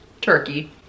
turkey